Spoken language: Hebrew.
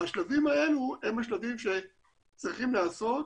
השלבים האלה הם השלבים שצריכים להיעשות